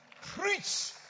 preach